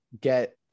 get